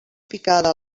picada